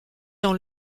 dans